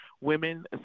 women